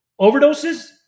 overdoses